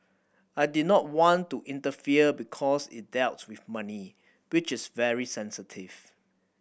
I did not want to interfere because it dealt with money which is very sensitive